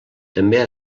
també